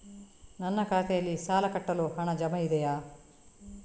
ನನ್ನ ಖಾತೆಯಲ್ಲಿ ಸಾಲ ಕಟ್ಟಲು ಹಣ ಜಮಾ ಇದೆಯೇ?